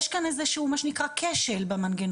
יש כאן איזה שהוא, מה שנקרא, כשל במנגנון.